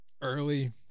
early